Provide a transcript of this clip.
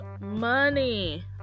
money